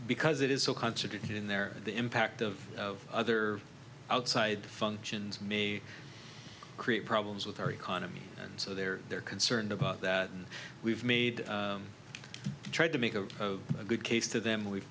because it is so concentrated in there the impact of other outside functions may create problems with our economy and so they're they're concerned about that and we've made tried to make a good case to them we've